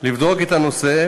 לבדוק את הנושא.